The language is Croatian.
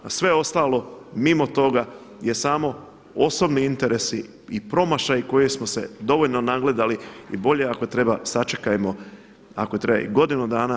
A sve ostalo mimo toga je samo osobni interesi i promašaji kojih smo se dovoljno nagledali i bolje ako treba sačekajmo ako treba i godinu dana.